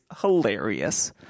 hilarious